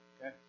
Okay